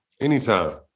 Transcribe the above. anytime